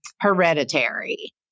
Hereditary